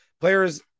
Players